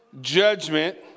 judgment